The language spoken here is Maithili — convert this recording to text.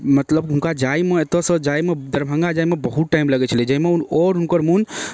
मतलब हुनका जाइमे एतऽसँ जाइमे दरभङ्गा जाइमे बहुत टाइम लगै छलै जाहिमे आओर हुनकर मोन